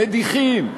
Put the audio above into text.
מדיחים.